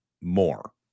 more